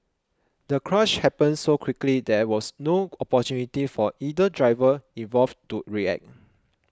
the crash happened so quickly there was no opportunity for either driver involved to react